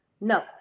no